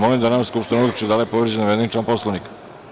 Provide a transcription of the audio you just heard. Molim da Narodna skupština odluči da li je povređen navedeni član Poslovnika.